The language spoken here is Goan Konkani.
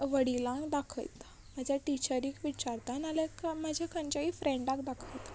वडिलांक दाखयता म्हजे टिचरीक विचारता नाल्या म्हाज्या खंयच्याय फ्रेंडाक दाखयता